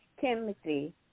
Timothy